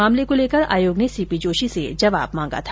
मामले को लेकर आयोग ने सी पी जोशी से जवाब मांगा था